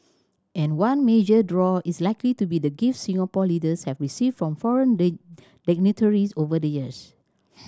and one major draw is likely to be the gifts Singapore leaders have received from foreign dignitaries over the years